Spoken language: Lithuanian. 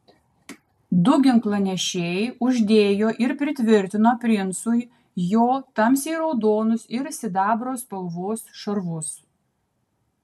du ginklanešiai uždėjo ir pritvirtino princui jo tamsiai raudonus ir sidabro spalvos šarvus